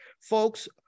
folks